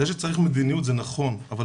זה שצריך מדיניות - זה נכון - אבל